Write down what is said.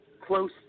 close